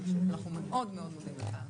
אנחנו מאוד מאוד מודים לך.